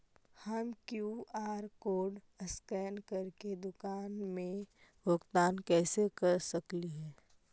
हम QR code scan करके दुकान में भुगतान कैसे कर सकली हे?